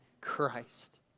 Christ